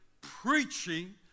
preaching